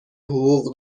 حقوق